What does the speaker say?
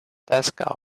desk